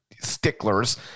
sticklers